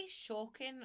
shocking